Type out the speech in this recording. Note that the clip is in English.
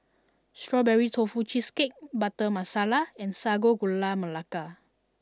Strawberry Tofu Cheesecake Butter Masala and Sago Gula Melaka